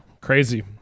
Crazy